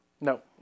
No